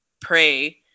pray